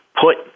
put